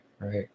right